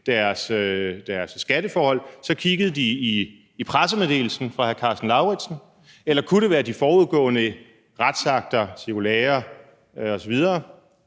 deres skatteforhold, kiggede i pressemeddelelsen fra hr. Karsten Lauritzen, eller kunne det være de forudgående retsakter, cirkulærer osv.,